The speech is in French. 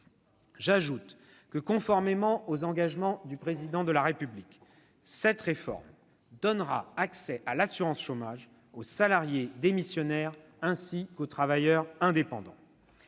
J'ajoute que, conformément aux engagements du Président de la République, cette réforme donnera accès à l'assurance chômage aux salariés démissionnaires, ainsi qu'aux travailleurs indépendants.